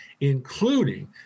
including